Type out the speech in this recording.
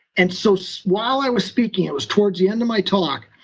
and so so while i was speaking, it was towards the end of my talk,